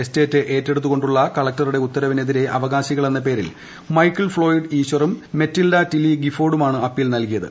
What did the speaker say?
estate ഏറ്റെടുത്തു കൊണ്ടുള്ള ജില്ലാ കളക്ടറ്റുള്ട ഉത്തരവിനെതിരെ അവകാശികളെന്ന പേരിൽ മൈക്കിൾ ഫ്ളോയീഡ് ഈശ്വറും മെറ്റിൽഡ ടില്ലി ഗിഫോർഡുമാണ് അപ്പീൽ നൽകിയത്